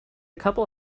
couple